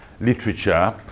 literature